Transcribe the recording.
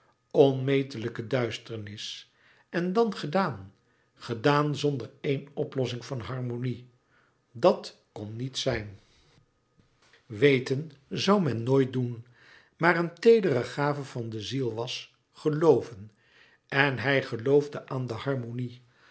onmetelijke duisternis en dan gedaan gedaan zonder éen oplossing van harmonie dat kon niet zijn wéten zoû men nooit doen maar een teedere gave van de ziel was gelooven en hij geloofde aan de harmonie